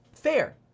fair